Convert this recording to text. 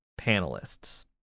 panelists